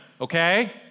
okay